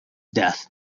death